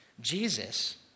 Jesus